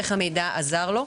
איך המידע עזר לו.